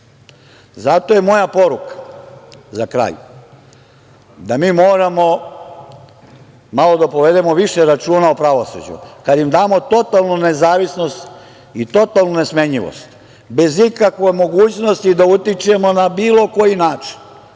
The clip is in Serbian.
Ne. Zato je moja poruka, za kraj, da mi moramo malo da povedemo više računa o pravosuđu, kad im damo totalnu nezavisnost i totalnu nesmenjivost, bez ikavke mogućnosti da utičemo na bilo koji način